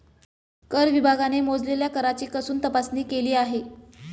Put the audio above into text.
कर विभागाने मोजलेल्या कराची कसून तपासणी केली आहे